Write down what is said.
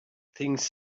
things